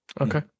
Okay